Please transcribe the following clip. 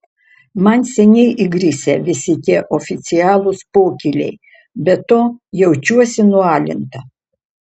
man seniai įgrisę visi tie oficialūs pokyliai be to jaučiuosi nualinta